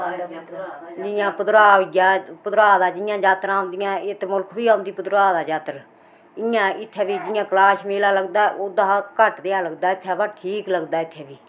जियां भद्रवाह होई गेआ भद्रवाह दी जियां यात्रां औंदियां इत्त मोल्ख बी औंदी भद्रवाह दा यात्रा इ'यां इत्थैं बी जियां कलाश मेला लगदा ओहदा हा घट्ट देआ लगदा इत्थैं बी बा ठीक लगदा इत्थैं बी